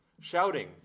shouting